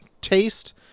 taste